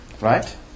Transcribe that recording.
Right